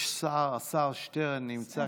מתחילים?